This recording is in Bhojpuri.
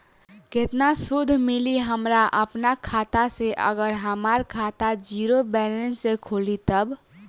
केतना सूद मिली हमरा अपना खाता से अगर हमार खाता ज़ीरो बैलेंस से खुली तब?